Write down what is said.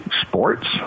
sports